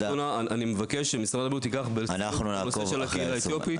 מבקש שמשרד הבריאות ייקח בחשבון את הנושא של הקהילה האתיופית.